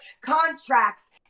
contracts